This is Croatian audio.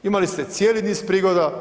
Imali ste cijeli niz prigoda.